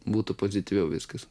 būtų pozityviau viskas